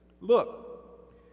look